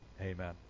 Amen